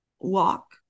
walk